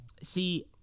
see